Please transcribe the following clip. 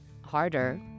harder